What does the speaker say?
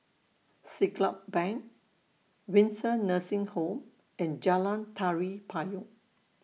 Siglap Bank Windsor Nursing Home and Jalan Tari Payong